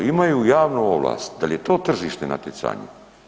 Imaju javnu ovlast, da li je to tržišno natjecanje?